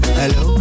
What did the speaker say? hello